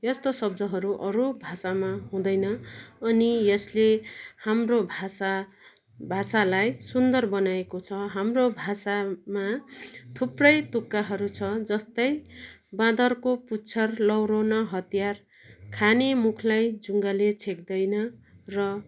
यस्तो शब्दहरू अरू भाषामा हुँदैन अनि यसले हाम्रो भाषा भाषालाई सुन्दर बनाएको छ हाम्रो भाषामा थुप्रै तुक्काहरू छ जस्तै बाँदरको पुच्छर लौरो न हतियार खाने मुखलाई जुङ्गाले छेक्दैन र